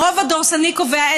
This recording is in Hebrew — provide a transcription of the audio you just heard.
הרוב הדורסני קובע,